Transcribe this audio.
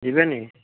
ଯିବେନି